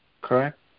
correct